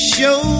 Show